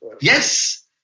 Yes